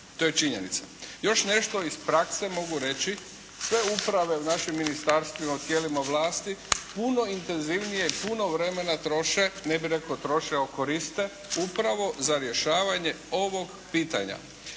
To je činjenica. Još nešto iz prakse mogu reći. Sve uprave u našim ministarstvima u tijelima vlasti puno intenzivnije, puno vremena troše ne bi rekao troše, evo koriste, upravo za rješavanje ovog pitanja.